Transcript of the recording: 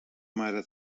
mare